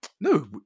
no